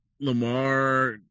Lamar